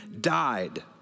died